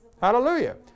Hallelujah